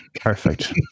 Perfect